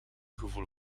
gevoel